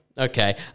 Okay